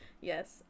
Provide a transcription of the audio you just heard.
Yes